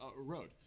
road